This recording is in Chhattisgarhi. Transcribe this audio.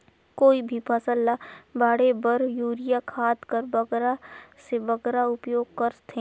कोई भी फसल ल बाढ़े बर युरिया खाद कर बगरा से बगरा उपयोग कर थें?